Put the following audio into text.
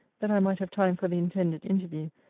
that i might have time for the intended interview,